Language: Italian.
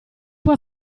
può